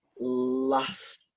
last